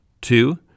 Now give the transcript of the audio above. two